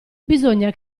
bisogna